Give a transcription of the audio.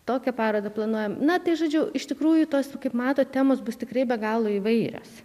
tokią parodą planuojam na tai žodžiu iš tikrųjų tos kaip matot temos bus tikrai be galo įvairios